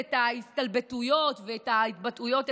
את ההסתלבטויות ואת ההתבטאויות הגזעניות.